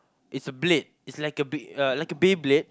it's a blade it's like a bey~ uh like a Beyblade